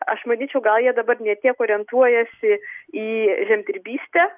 aš manyčiau gal jie dabar ne tiek orientuojasi į žemdirbystę